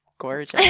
gorgeous